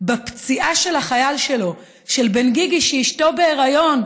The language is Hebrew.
בפציעה של החייל שלו, של בן גיגי, שאשתו בהיריון,